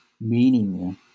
meaning